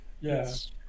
yes